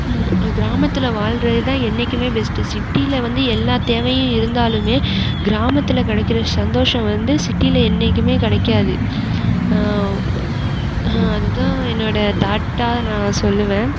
கிராமத்தில் வாழறதுதான் என்னிக்குமே பெஸ்ட்டு சிட்டியில் வந்து எல்லா தேவையும் இருந்தாலுமே கிராமத்தில் கிடைக்கிற சந்தோஷம் வந்து சிட்டியில் என்னிக்குமே கிடைக்காது அதுதான் என்னோடய தாட்டாக நான் சொல்லுவேன்